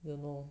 you know